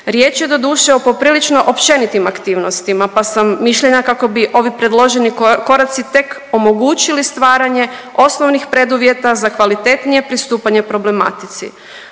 Riječ je doduše o poprilično općenitim aktivnostima pa sam mišljenja kako bi ovi predloženi koraci tek omogućili stvaranje osnovnih preduvjeta za kvalitetnije pristupanje problematici